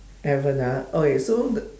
haven't ah okay so the